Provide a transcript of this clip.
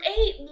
eight